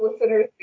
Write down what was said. listeners